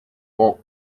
rang